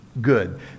good